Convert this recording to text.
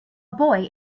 boy